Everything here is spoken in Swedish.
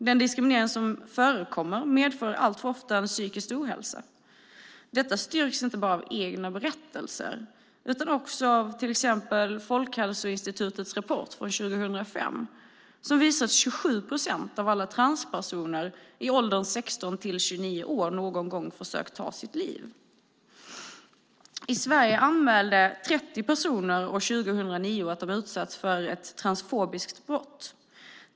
Den diskriminering som förekommer medför alltför ofta psykisk ohälsa. Detta styrks inte bara av egna berättelser utan också av till exempel Folkhälsoinstitutets rapport från 2005, som visar att 27 procent av alla transpersoner i åldern 16-29 år någon gång har försökt ta sitt liv. I Sverige anmälde 30 personer år 2009 att de utsatts för ett transfobiskt brott.